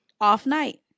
Off-night